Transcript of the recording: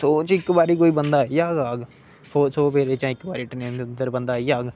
सौ च इक बारी कोई बंदा इयै नेहा औग इक बारी ट्रेना च अंदर आई जाह्ग